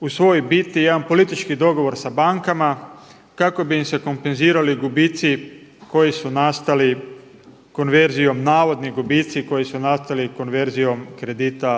u svojoj biti jedan politički dogovor sa bankama kako bi im se kompenzirali gubici koji su nastali konverzijom, navodni gubici koji su nastali konverzijom kredita